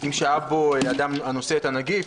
אם שהה בו אדם הנושא את" הנגיף.